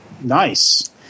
Nice